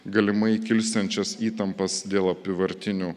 galimai kilsiančias įtampas dėl apyvartinių